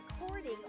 recording